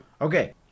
Okay